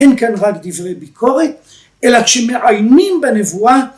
‫אין כאן רק דברי ביקורת, ‫אלא כשמעיינים בנבואה,